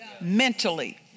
mentally